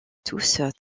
tous